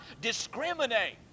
discriminate